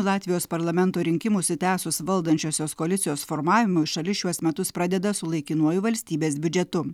latvijos parlamento rinkimų užsitęsus valdančiosios koalicijos formavimui šalis šiuos metus pradeda su laikinuoju valstybės biudžetu